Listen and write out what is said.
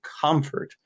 comfort